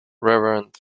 reverend